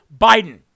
Biden